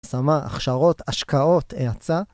‫השמה, הכשרות, השקעות, האצה.